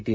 T